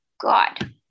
God